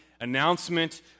announcement